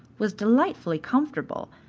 was delightfully comfortable,